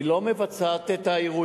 היא לא מבצעת את האירועים.